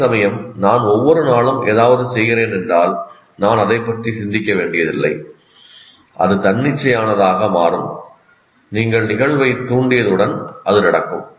அதேசமயம் நான் ஒவ்வொரு நாளும் ஏதாவது செய்கிறேன் என்றால் நான் அதைப் பற்றி சிந்திக்க வேண்டியதில்லை அது தன்னிச்சையானதாக மாறும் நீங்கள் நிகழ்வைத் தூண்டியவுடன் அது நடக்கும்